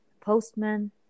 postman